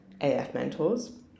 AFMentors